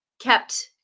kept